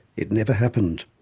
it never happened.